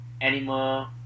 animal